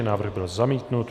Návrh byl zamítnut.